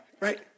right